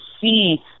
see